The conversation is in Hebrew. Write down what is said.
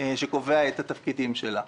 שקובע את התפקידים שלה.